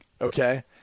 okay